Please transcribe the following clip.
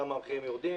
למה המחירים יורדים.